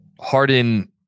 Harden